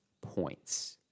points